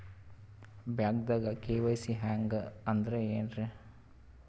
ಬ್ಯಾಂಕ್ದಾಗ ಕೆ.ವೈ.ಸಿ ಹಂಗ್ ಅಂದ್ರೆ ಏನ್ರೀ?